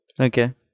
Okay